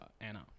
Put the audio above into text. Anna